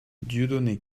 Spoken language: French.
dieudonné